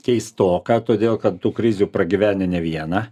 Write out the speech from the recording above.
keistoka todėl kad tų krizių pragyvenę ne vieną